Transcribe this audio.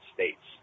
States